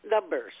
numbers